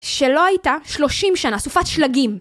שלא הייתה 30 שנה סופת שלגים